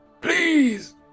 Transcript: Please